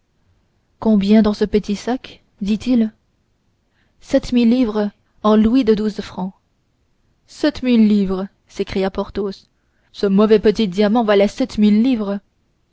combien dans ce petit sac dit-il sept mille livres en louis de douze francs sept mille livres s'écria porthos ce mauvais petit diamant valait sept mille livres